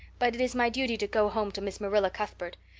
but it is my duty to go home to miss marilla cuthbert.